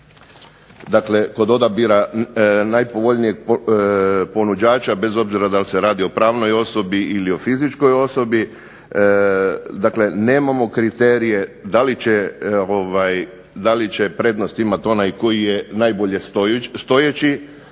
dakle kod odabira najpovoljnijeg ponuđača, bez obzira da li se radi o pravnoj osobi ili o fizičkoj osobi, nemamo kriterije da li će prednost imati onaj koji je najbolje stojeći